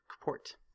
port